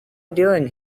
doing